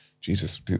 Jesus